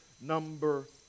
number